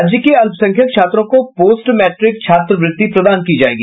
राज्य के अल्पसंख्यक छात्रों को पोस्ट मैट्रिक छात्रवृत्ति प्रदान की जायेगी